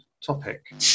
topic